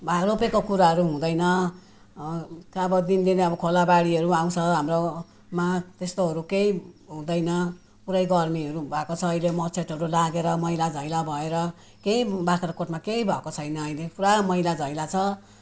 भा रोपेको कुराहरू हुँदैन काबो दिनदिनै अब खोलाबाढीहरू आउँछ हाम्रोमा त्यस्तोहरू केही हुँदैन पुरै गर्मीहरू भएको छ अहिले मच्छरहरू लागेर मैलाधैला भएर केही बाग्राकोटमा केही भएको छैन अहिले पुरा मैलेधैला छ